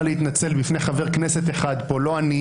להתנצל בפני חבר כנסת אחד פה לא אני